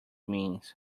means